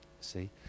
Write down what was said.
See